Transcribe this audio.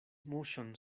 muŝon